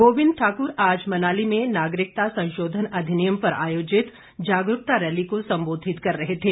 गोविंद ठाक्र आज मनाली में नागरिकता संशोधन अधिनियम पर आयोजित जागरूकता रैली को सम्बोधित कर रहे थे